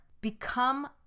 become